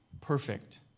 perfect